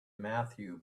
matthew